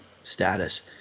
status